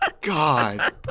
God